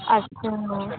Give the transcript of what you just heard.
अच्छा हाँ